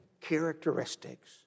characteristics